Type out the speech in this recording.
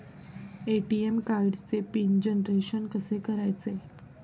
ATM कार्डचे PIN generation कसे करायचे?